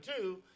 two